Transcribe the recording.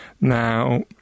Now